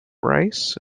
rice